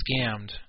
scammed